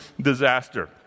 disaster